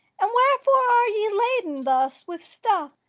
and wherefore are ye laden thus with stuff?